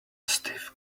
stiff